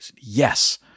Yes